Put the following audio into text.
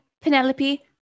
Penelope